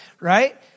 right